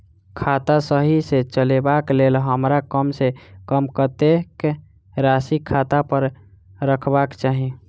खाता सही सँ चलेबाक लेल हमरा कम सँ कम कतेक राशि खाता पर रखबाक चाहि?